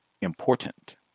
important